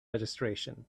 registration